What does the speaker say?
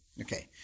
okay